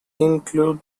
include